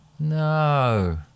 No